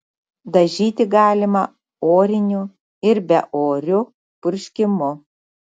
dažyti galima oriniu ir beoriu purškimu